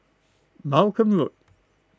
Malcolm Road